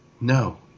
no